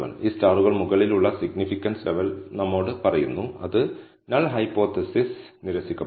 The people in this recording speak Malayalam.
ഈ സ്റ്റാറുകൾ മുകളിലുള്ള സിഗ്നിഫിക്കൻസ് ലെവൽ നമ്മോട് പറയുന്നു അത് നൾ ഹൈപോതെസിസ് നിരസിക്കപ്പെടും